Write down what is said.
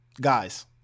guys